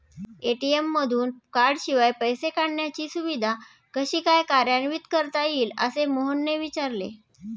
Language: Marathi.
ए.टी.एम मधून कार्डशिवाय पैसे काढण्याची सुविधा कशी काय कार्यान्वित करता येईल, असे मोहनने विचारले